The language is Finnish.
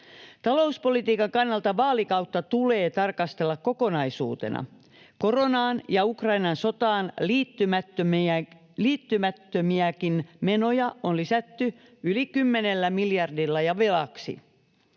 Talouspolitiikan kannalta vaalikautta tulee tarkastella kokonaisuutena. Koronaan ja Ukrainan sotaan liittymättömiäkin menoja on lisätty yli 10 miljardilla ja velaksi.